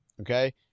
Okay